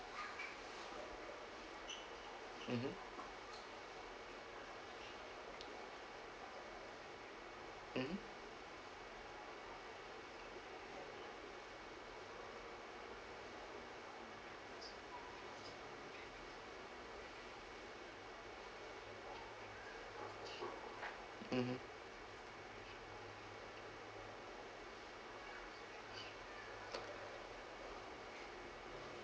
mmhmm mmhmm mmhmm